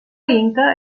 inca